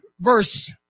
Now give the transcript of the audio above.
verse